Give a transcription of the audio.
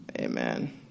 Amen